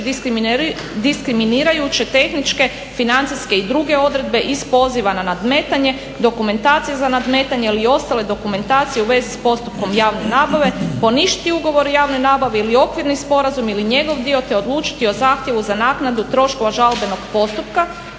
diskriminirajuće tehničke financijske i druge odredbe iz poziva na nadmetanje, dokumentacije za nadmetanje ili ostale dokumentacije u vezi s postupkom javne nabave, poništi ugovor o javnoj nabavi ili okvirni sporazum ili njegov dio te odlučiti o zahtjevu za naknadu troškova žalbenog postupka